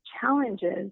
challenges